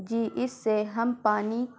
جی اس سے ہم پانی